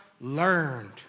learned